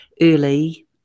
early